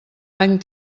any